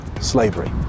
slavery